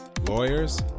lawyers